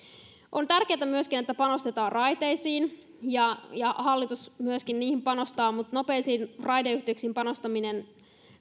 on tärkeää myöskin että panostetaan raiteisiin ja ja hallitus niihin myöskin panostaa mutta nopeisiin raideyhteyksiin panostaminen